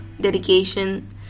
dedication